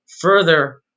Further